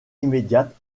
immédiate